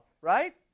right